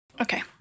Okay